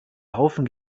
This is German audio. haufen